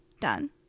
done